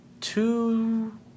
two